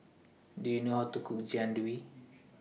Do YOU know How to Cook Jian Dui